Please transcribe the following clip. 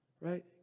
right